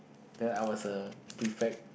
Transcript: then I was a prefect